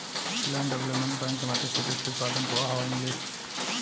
land development bank के मदद से कृषि उत्पादन के बढ़ावा मिली